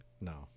No